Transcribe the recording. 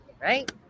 right